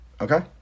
Okay